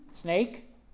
snake